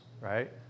right